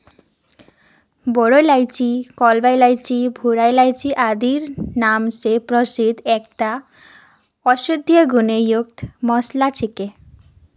बोरो इलायची कलवा इलायची भूरा इलायची आदि नाम स प्रसिद्ध एकता औषधीय गुण युक्त मसाला छिके